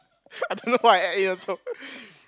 I don't know why I add in also